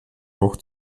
noch